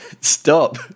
Stop